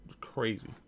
crazy